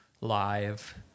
live